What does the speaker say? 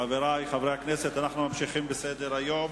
חברי חברי הכנסת, אנחנו ממשיכים בסדר-היום: